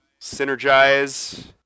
synergize